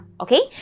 okay